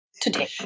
today